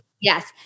Yes